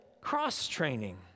cross-training